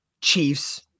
Chiefs